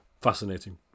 fascinating